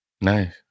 nice